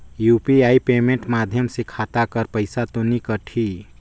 UPI payment माध्यम से खाता कर पइसा तो नी कटही?